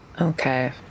Okay